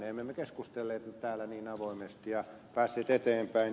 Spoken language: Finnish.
emme me keskustelleet täällä niin avoimesti ja päässeet eteenpäin